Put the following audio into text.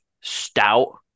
stout